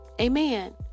amen